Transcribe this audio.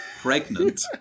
...pregnant